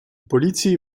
politie